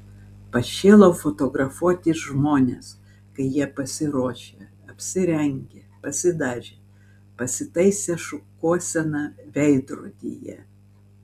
pašėlau fotografuoti žmones kai jie pasiruošę apsirengę pasidažę pasitaisę šukuoseną veidrodyje